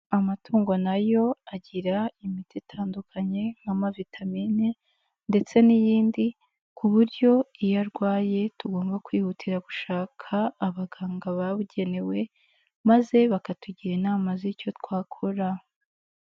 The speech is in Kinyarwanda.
Amatungo nayo agira imiti itandukanye nk'amavitamini ndetse n'iyindi, ku buryo iyo arwaye, tugomba kwihutira gushaka abaganga babugenewe maze bakatugira inama z'icyo twakora.